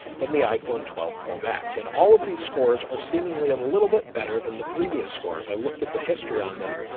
then the iphone twelve pro max, and all of these scores are seemingly a little bit better than the previous scores. i looked at the history on them.